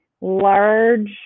large